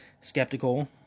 skeptical